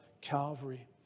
Calvary